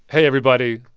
hey, everybody.